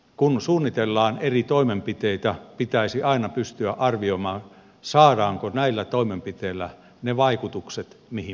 kun suunnitellaan eri toimenpiteitä pitäisi aina pystyä arvioimaan saadaanko niillä toimenpiteillä ne vaikutukset mihin pyritään